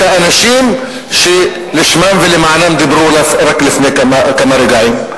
האנשים שלשמם ולמענם דיברו רק לפני כמה רגעים.